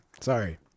sorry